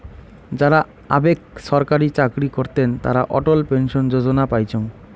যারা আগেক ছরকারি চাকরি করতেন তারা অটল পেনশন যোজনা পাইচুঙ